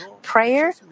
prayer